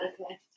okay